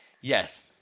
Yes